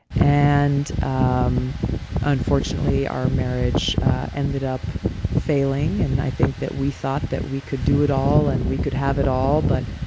and, um unfortunately, our marriage ended up failing. and i think that we thought that we could do it all, and we could have it all. but,